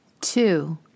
Two